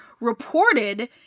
reported